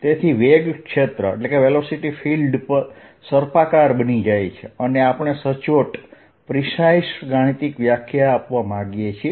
તેથી વેગ ક્ષેત્ર સર્પાકાર બની જાય છે અને આપણે સચોટ ગાણિતિક વ્યાખ્યા આપવા માંગીએ છીએ